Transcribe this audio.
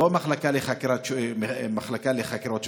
לא מחלקה לחקירות שוטרים.